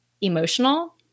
emotional